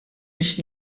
biex